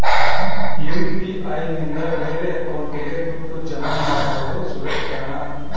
UPI ನಿಂದ ಬೇರೆ ಅಕೌಂಟಿಗೆ ದುಡ್ಡು ಜಮಾ ಮಾಡೋದು ಸುರಕ್ಷಾನಾ?